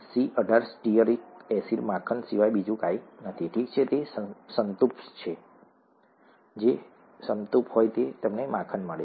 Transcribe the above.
C18 stearic acid માખણ સિવાય બીજું કંઈ નથી ઠીક છે તે સંતૃપ્ત છે જો તે સંતૃપ્ત હોય તો તમને માખણ મળે છે